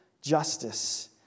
justice